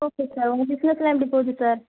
okay sir உங்கள் பிஸ்னஸ்ஸெலாம் எப்படி போகுது சார்